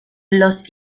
los